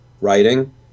writing